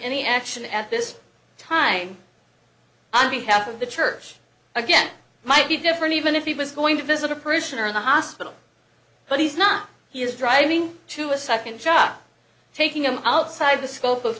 any action at this time on behalf of the church again might be different even if he was going to visit a parishioner in the hospital but he's not he's driving to a second job taking him outside the scope of